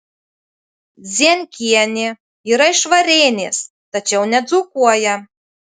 zienkienė yra iš varėnės tačiau nedzūkuoja